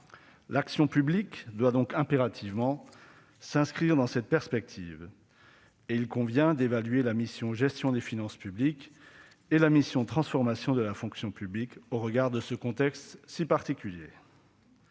L'action publique doit donc impérativement s'inscrire dans cette perspective, et il convient d'évaluer les missions « Gestion des finances publiques » et « Transformation et fonction publiques » au regard de ce contexte si particulier.